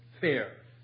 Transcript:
fair